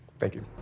thank you.